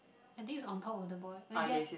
I think is on top of the boy uh ya